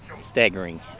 staggering